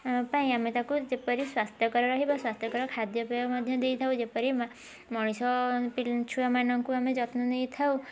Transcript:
ପାଇଁ ଆମେ ତାକୁ ଯେପରି ସ୍ୱାସ୍ଥ୍ୟକର ରହିବ ସ୍ୱାସ୍ଥ୍ୟକର ଖାଦ୍ୟପେୟ ମଧ୍ୟ ଦେଇଥାଉ ଯେପରି ମଣିଷ ଛୁଆମାନଙ୍କୁ ଆମେ ଯତ୍ନ ନେଇଥାଉ